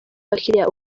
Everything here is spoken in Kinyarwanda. abakiriya